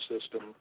system